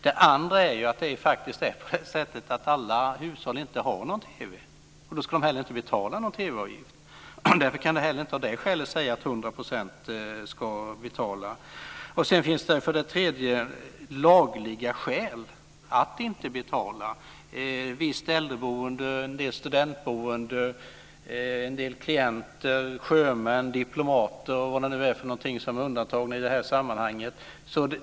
Det andra är att alla hushåll faktiskt inte har någon TV, och då ska de heller inte betala någon TV-avgift. Därför kan man inte heller av det skälet säga att 100 % ska betala. Det tredje är att det kan finnas lagliga skäl att inte betala. Det gäller visst äldreboende, en del studentboende, klienter, sjömän, diplomater osv. som är undantagna i sammanhanget.